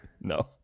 No